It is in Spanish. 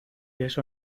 eso